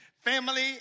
family